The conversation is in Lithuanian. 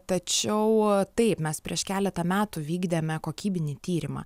tačiau taip mes prieš keletą metų vykdėme kokybinį tyrimą